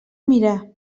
mirar